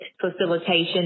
facilitation